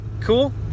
Cool